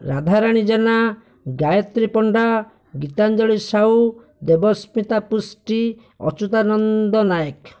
Radharani Jena Gayatri Panda Gitanjali Sahu Debasmita Prusty Achyutananda Nayak